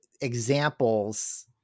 examples